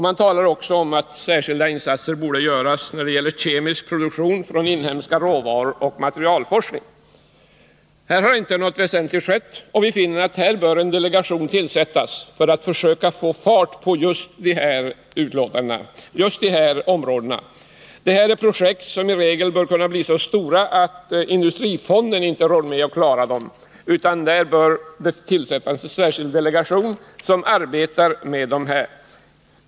Man talar också om att särskilda insatser bör göras när det gäller kemisk produktion från inhemska råvaror och materialforskning. Här har inte något väsentligt skett, och vi finner att en delegation bör inrättas för att försöka få fart på just dessa områden. Detta är projekt som i regel torde bli så stora att industrifonden inte klarar av dem. Det bör därför inrättas en särskild delegation som arbetar med detta.